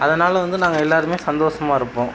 அதனால் வந்து நாங்கள் எல்லோருமே சந்தோசமாக இருப்போம்